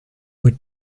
would